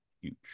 huge